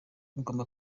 ugomba